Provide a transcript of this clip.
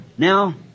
Now